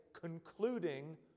concluding